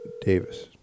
Davis